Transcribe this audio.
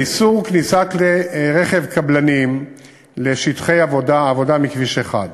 איסור כניסת כלי-רכב קבלניים לשטחי העבודה מכביש 1,